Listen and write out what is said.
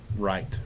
right